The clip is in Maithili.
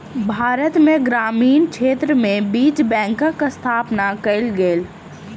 भारत में ग्रामीण क्षेत्र में बीज बैंकक स्थापना कयल गेल